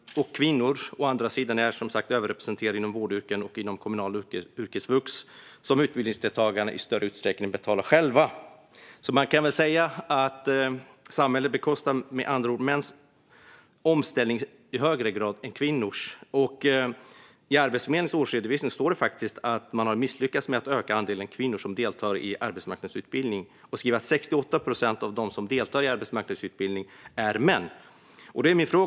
Kvinnor är å andra sidan överrepresenterade inom vårdyrken och inom kommunalt yrkesvux, som utbildningsdeltagare i större utsträckning betalar själva. Samhället bekostar med andra ord mäns omställning i högre grad än kvinnors. I Arbetsförmedlingens årsredovisning står faktiskt att man har misslyckats med att öka andelen kvinnor som deltar i arbetsmarknadsutbildning. Man skriver att 68 procent av dem som deltar i arbetsmarknadsutbildning är män.